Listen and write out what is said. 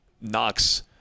knocks